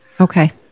Okay